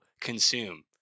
consume